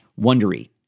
wondery